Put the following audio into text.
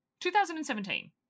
2017